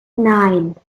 nein